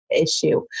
issue